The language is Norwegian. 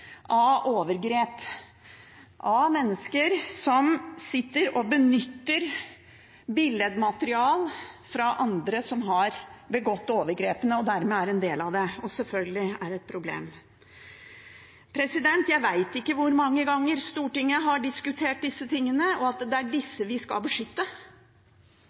overgrep, av mennesker som sitter og benytter billedmateriale fra andre som har begått overgrepene og dermed er en del av det, og selvfølgelig er det et problem. Jeg vet ikke hvor mange ganger Stortinget har diskutert disse tingene, og at det er disse vi skal beskytte.